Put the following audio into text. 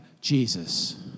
Jesus